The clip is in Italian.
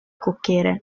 cocchiere